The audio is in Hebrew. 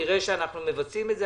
נראה שאנחנו מבצעים את זה,